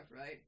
right